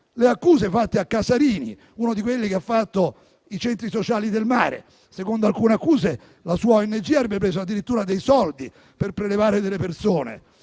le accuse fatte a Casarini, uno di quelli che hanno fatto i centri sociali del mare. Secondo alcune accuse, la sua ONG avrebbe preso addirittura dei soldi per prelevare delle persone.